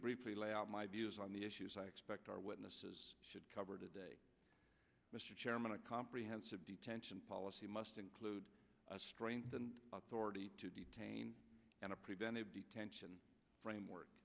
briefly lay out my views on the issues i expect our witnesses cover today mr chairman a comprehensive detention policy must include a strengthened authority to detain and a preventive detention framework